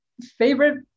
favorite